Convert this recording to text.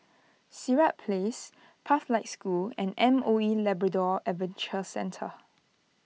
Sirat Place Pathlight School and M O E Labrador Adventure Centre